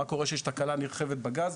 מה קורה שישנה תקלה נרחבת בגז?